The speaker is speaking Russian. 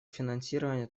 финансирования